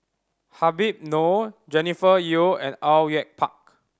Habib Noh Jennifer Yeo and Au Yue Pak